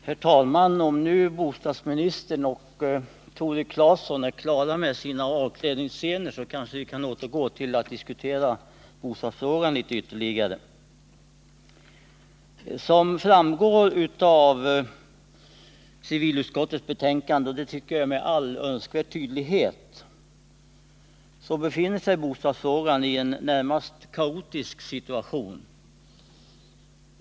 Herr talman! Om nu bostadsministern och Tore Claeson är klara med sina avklädningsscener, kan vi kanske återgå till att diskutera bostadsfrågan litet mer. Som med all önskvärd tydlighet framgår av civilutskottets betänkande är bostadsproblemen närmast kaotiska.